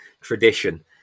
tradition